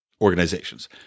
Organizations